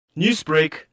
Newsbreak